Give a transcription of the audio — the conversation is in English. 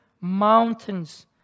mountains